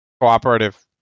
cooperative